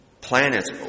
Planets